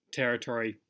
territory